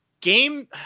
Game